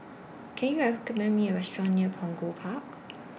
Can YOU recommend Me A Restaurant near Punggol Park